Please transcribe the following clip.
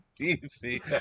Easy